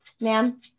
ma'am